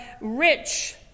rich